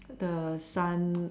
the sun